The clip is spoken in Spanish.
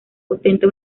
ostenta